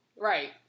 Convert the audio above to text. right